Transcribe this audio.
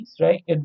right